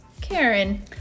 Karen